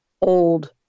old